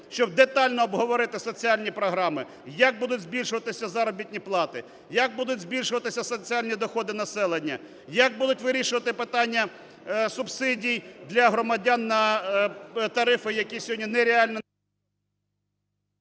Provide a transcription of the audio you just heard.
щоб детально обговорити соціальні програми, як будуть збільшуватися заробітні плати, як будуть збільшуватися соціальні доходи населення, як будуть вирішувати питання субсидій для громадян на тарифи, які сьогодні нереально…